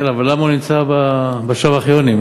כן, אבל למה הוא נמצא בשובך יונים?